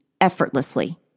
effortlessly